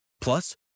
Plus